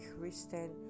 Christian